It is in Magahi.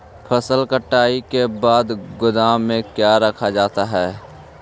फसल कटाई के बाद गोदाम में क्यों रखा जाता है?